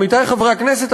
עמיתי חברי הכנסת,